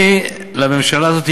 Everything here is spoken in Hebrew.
אני לממשלה הזאת,